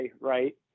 right